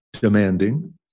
demanding